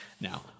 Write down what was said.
Now